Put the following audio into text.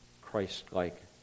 Christ-like